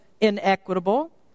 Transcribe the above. inequitable